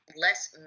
less